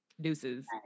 Deuces